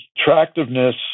attractiveness